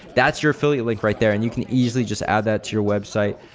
that's your affiliate link right there and you can easily just add that to your website.